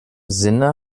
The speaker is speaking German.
sinne